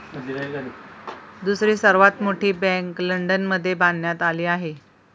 दुसरी सर्वात मोठी बँक लंडनमध्ये बांधण्यात आली आहे